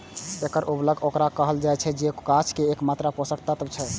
एकल उर्वरक ओकरा कहल जाइ छै, जे गाछ कें एकमात्र पोषक तत्व दै छै